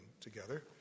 together